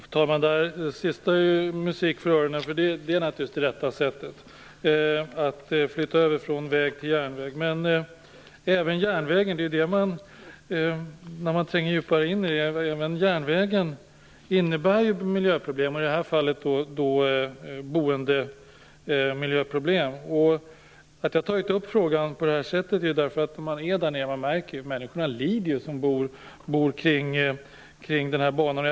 Fru talman! Det sistnämnda är musik för öronen. Det är naturligtvis det rätta sättet, att flytta över från väg till järnväg. Men även järnvägen innebär ju miljöproblem. Det ser man när man tränger djupare in i frågan. I det här fallet är det boendemiljöproblem. Skälet till att jag har tagit upp frågan på det här sättet är att om man är där nere märker man att människorna som bor kring den här banan lider.